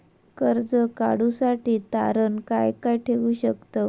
कर्ज काढूसाठी तारण काय काय ठेवू शकतव?